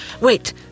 Wait